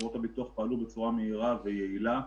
חברות הביטוח פעלו בצורה מהירה ויעילה.